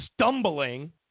stumbling